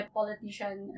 politician